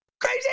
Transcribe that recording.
Crazy